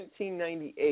1998